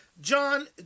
john